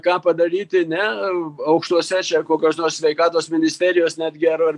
ką padaryti ne aukštuose kokios nors sveikatos ministerijos netgi ar ar